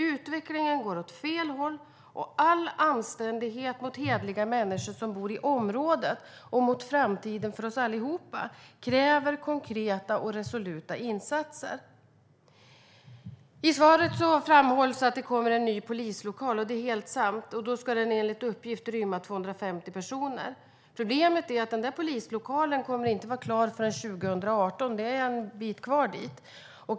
Utvecklingen går åt fel håll, och all anständighet mot hederliga människor som bor i området och mot framtiden för oss allihop kräver konkreta och resoluta insatser. I svaret framhålls att det kommer en ny polislokal, vilket är helt sant, som enligt uppgift ska rymma 250 personer. Problemet är att denna polislokal inte kommer att vara klar förrän 2018, och det är en bit kvar dit.